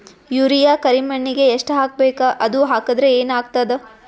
Urea ಕರಿಮಣ್ಣಿಗೆ ಎಷ್ಟ್ ಹಾಕ್ಬೇಕ್, ಅದು ಹಾಕದ್ರ ಏನ್ ಆಗ್ತಾದ?